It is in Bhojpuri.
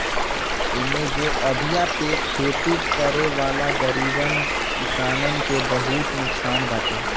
इमे जे अधिया पे खेती करेवाला गरीब किसानन के बहुते नुकसान बाटे